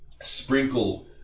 sprinkle